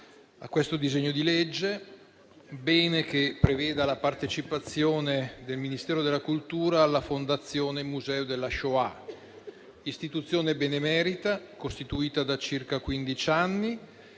al disegno di legge in esame. È bene che preveda la partecipazione del Ministero della cultura alla Fondazione Museo della Shoah, istituzione benemerita, costituita da circa quindici